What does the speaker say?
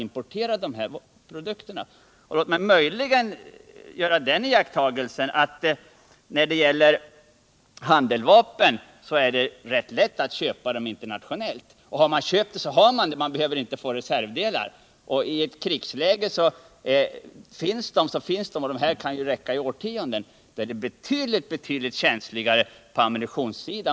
Man kan möjligen göra den iakttagelsen när det gäller handeldvapen att det är rätt lätt att köpa sådana på den internationella marknaden. Och har man köpt dem så har man dem — man behöver inte några reservdelar. I ett krigsläge gäller ju om handeldvapen att finns de, så finns de, de kan räcke i årtionden. Det är betydligt mycket känsligare på ammunitionssidan.